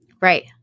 Right